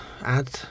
add